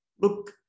Look